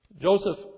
Joseph